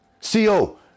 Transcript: CO